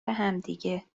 همدیگه